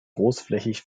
großflächig